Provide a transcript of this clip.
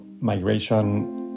migration